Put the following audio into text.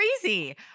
crazy